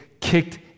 kicked